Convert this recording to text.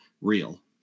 real